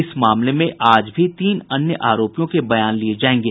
इस मामले आज भी तीन अन्य आरोपियों के बयान लिये जायेंगे